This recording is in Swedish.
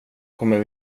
kommer